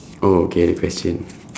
oh okay the question